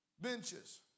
benches